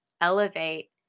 elevate